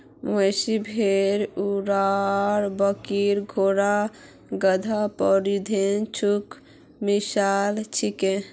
मवेशी, भेड़, सूअर, बकरी, घोड़ा, गधा, पशुधनेर कुछु मिसाल छीको